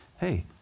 Hey